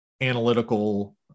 analytical